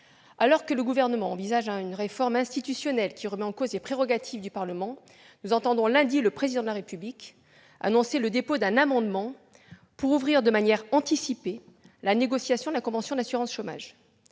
Alors que le Gouvernement envisage une réforme institutionnelle qui remet en cause les prérogatives du Parlement, nous avons entendu lundi dernier le Président de la République annoncer le dépôt d'un amendement pour ouvrir de manière anticipée les négociations sur la convention d'assurance chômage.